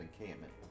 encampment